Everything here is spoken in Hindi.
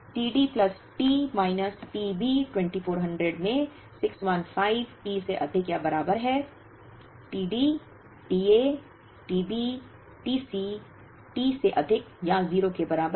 और t D plus t minus t B 2400 में 615 T से अधिक या बराबर है t D t A t B t C T से अधिक या 0 के बराबर